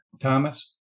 Thomas